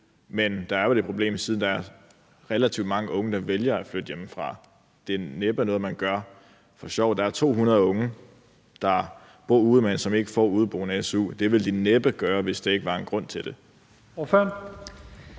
men der er vel et problem, siden der er relativt mange unge, der vælger at flytte hjemmefra. Det er næppe noget, man gør for sjov. Der er 200 unge, der bor ude, som ikke får udeboende su. Det ville de næppe gøre, hvis der ikke var en grund til det.